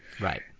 Right